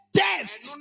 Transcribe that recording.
test